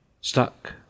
Stuck